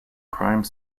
prime